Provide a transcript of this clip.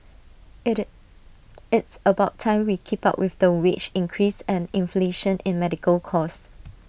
IT it's about time we keep up with the wage increase and inflation in medical cost